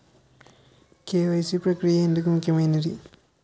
KYC ప్రక్రియ ఎందుకు ముఖ్యమైనది?